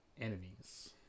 Enemies